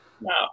No